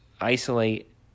Isolate